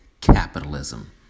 capitalism